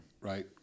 right